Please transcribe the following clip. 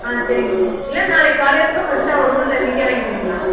ஆ சரிங்க இல்லை நாளைக்கு காலையில் கூட ஃபிரெஷ்ஷாக வரும் இல்லை இன்றைக்கே வாங்கிக்கிறீங்களா